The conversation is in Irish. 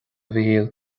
mhichíl